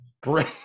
great